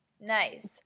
Nice